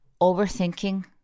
overthinking